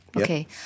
Okay